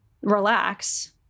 relax